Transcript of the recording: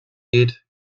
geht